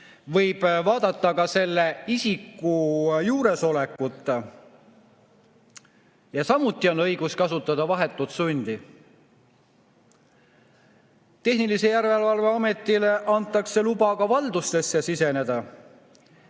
minutit. ... selle isiku juuresolekuta. Ja samuti on õigus kasutada vahetut sundi. Tehnilise järelevalve ametile antakse luba ka valdusse siseneda,